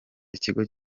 ikigo